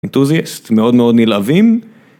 enthusiast, מאוד מאוד נלהבים.